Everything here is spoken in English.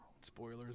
spoilers